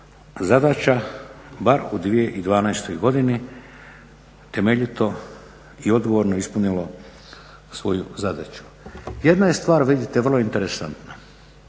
zadaća, bar u 2012. godini temeljito i odgovorno ispunilo svoju zadaću. Jedna je stvar vidite vrlo interesantna,